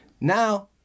Now